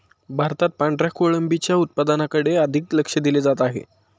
भारतात पांढऱ्या कोळंबीच्या उत्पादनाकडे अधिक लक्ष दिले जात आहे